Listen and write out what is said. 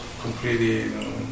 completely